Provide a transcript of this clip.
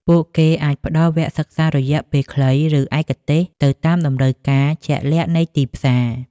ពួកគេអាចផ្តល់វគ្គសិក្សារយៈពេលខ្លីឬឯកទេសទៅតាមតម្រូវការជាក់លាក់នៃទីផ្សារ។